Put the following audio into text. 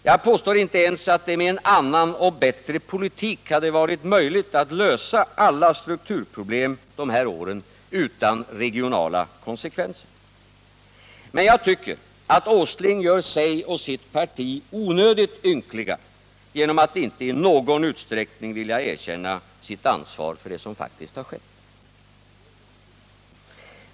Jag påstår inte ens att det med en annan och bättre politik hade varit möjligt att lösa alla strukturproblem de här åren utan regionala konsekvenser. Men jag tycker att Nils Åsling gör sig och sitt parti onödigt ynkliga genom att inte i någon utsträckning vilja erkänna sitt ansvar för det som faktiskt har skett.